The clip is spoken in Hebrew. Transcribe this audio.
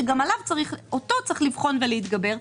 שגם אותו צריך לבחון ולהתגבר עליו,